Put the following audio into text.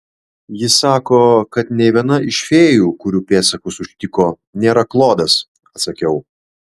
ji sako kad nė viena iš fėjų kurių pėdsakus užtiko nėra klodas atsakiau